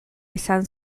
izan